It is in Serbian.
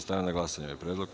Stavljam na glasanje ovaj predlog.